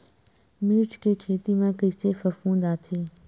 मिर्च के खेती म कइसे फफूंद आथे?